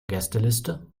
gästeliste